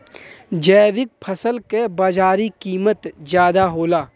जैविक फसल क बाजारी कीमत ज्यादा होला